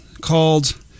called